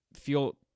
feel